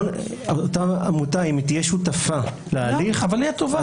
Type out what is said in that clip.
אותה עמותה אם היא תהיה שותפה להליך --- אבל היא התובעת,